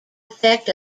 effect